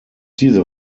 diese